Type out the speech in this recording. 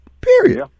Period